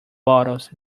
bottles